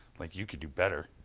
like you could do better.